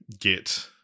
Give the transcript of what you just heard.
get